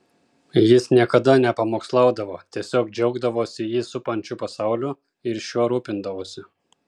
jis niekada nepamokslaudavo tiesiog džiaugdavosi jį supančiu pasauliu ir šiuo rūpindavosi